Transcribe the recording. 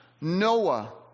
Noah